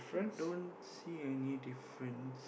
don't see any difference